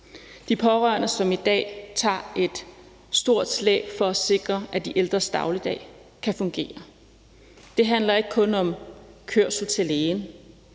de pårørende, som i dag tager et stort slæb for at sikre, at de ældres dagligdag kan fungere. Det handler ikke kun om kørsel til lægen